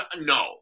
No